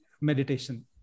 meditation